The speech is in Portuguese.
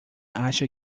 acha